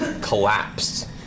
collapsed